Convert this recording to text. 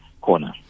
corner